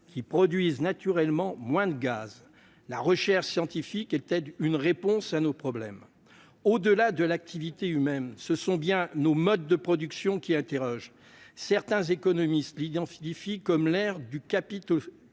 qui produisent naturellement moins de gaz. La recherche scientifique est-elle une réponse à nos problèmes ? Au-delà de l'activité humaine, ce sont bien nos modes de production qui sont en question. Certains économistes identifient la période que